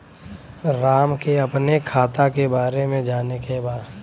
राम के अपने खाता के बारे मे जाने के बा?